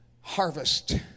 harvest